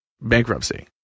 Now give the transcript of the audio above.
bankruptcy